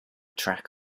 track